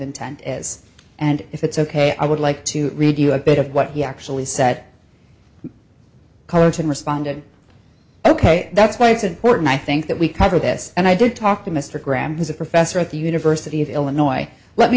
intent is and if it's ok i would like to read you a bit of what he actually said carlton responded ok that's why it's important i think that we cover this and i did talk to mr graham who's a professor at the university of illinois let me